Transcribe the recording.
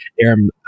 Aaron